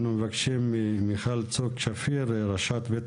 אנחנו מבקשים ממיכל צוק-שפיר ראשת בית